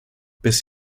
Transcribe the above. bis